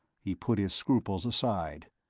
he put his scruples aside.